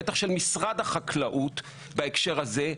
בטח של משרד החקלאות בהקשר הזה,